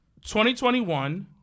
2021